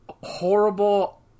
horrible